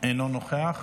אינו נוכח,